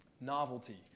novelty